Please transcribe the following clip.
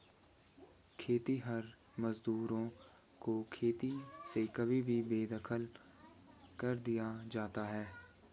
खेतिहर मजदूरों को खेती से कभी भी बेदखल कर दिया जाता है